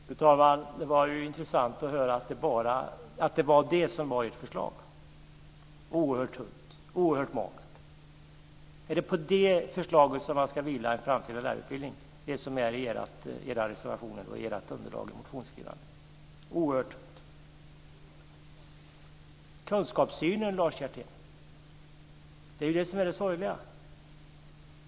Fru talman! Det var intressant att höra att det var det som var ert förslag. Det är oerhört tunt, oerhört magert. Är det de förslag som finns i era reservationer och i ert underlag till motionsskrivandet som den framtida lärarutbildningen ska vila på? Det är ju kunskapssynen, Lars Hjertén, som är det sorgliga.